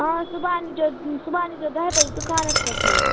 آ صُبحَن ای زیو صُبحَن ای زیو دَہہ بَجے دُکانَس پٮ۪ٹھ حظ